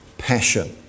Passion